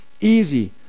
easy